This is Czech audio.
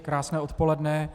Krásné odpoledne.